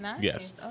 Yes